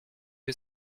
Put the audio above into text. que